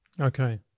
Okay